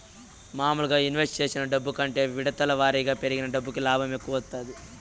మాములుగా ఇన్వెస్ట్ చేసిన డబ్బు కంటే విడతల వారీగా పెట్టిన డబ్బుకి లాభం ఎక్కువ వత్తాది